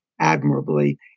admirably